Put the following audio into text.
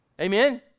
Amen